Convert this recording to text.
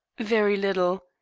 very little.